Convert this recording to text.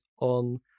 on